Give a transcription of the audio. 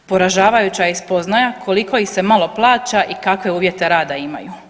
Poražavajuća je i spoznaja koliko ih se malo plaća i kakve uvjete rada imaju.